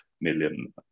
million